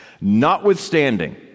Notwithstanding